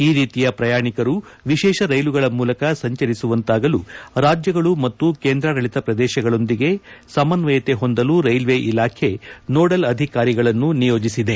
ಈ ರೀತಿಯ ಪ್ಲರಾಣಿಕರು ವಿಶೇಷ ರೈಲುಗಳ ಮೂಲಕ ಸಂಚರಿಸುವಂತಾಗಲು ರಾಜ್ಲಗಳು ಮತ್ತು ಕೇಂದ್ರಾಡಳಿತ ಪ್ರದೇಶಗಳೊಂದಿಗೆ ಸಮನ್ವಯತೆ ಹೊಂದಲು ರೈಲ್ವೆ ಇಲಾಖೆ ನೋಡಲ್ ಅಧಿಕಾರಿಗಳನ್ನು ನಿಯೋಜಿಸಿದೆ